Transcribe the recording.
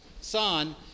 son